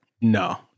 no